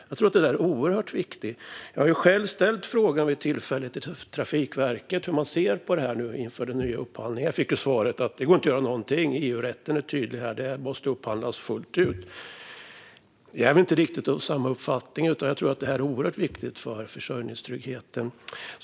Jag har vid tillfälle ställt frågan till Trafikverket hur de ser på detta nu inför den nya upphandlingen. Jag fick svaret att det inte går att göra någonting och att EU-rätten är tydlig med att det måste upphandlas fullt ut. Jag är inte riktigt av samma uppfattning, utan jag tror att detta är oerhört viktigt för försörjningstryggheten.